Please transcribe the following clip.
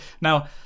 Now